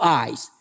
eyes